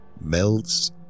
melts